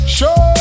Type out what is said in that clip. Show